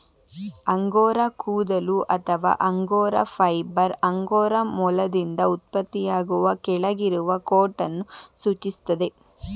angora ಕೂದಲು ಅಥವಾ angora fibre angora ಮೊಲದಿಂದ ಉತ್ಪತ್ತಿಯಾಗುವ ಕೆಳಗಿರುವ ಕೋಟನ್ನು ಸೂಚಿಸ್ತದೆ